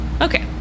Okay